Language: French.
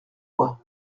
moi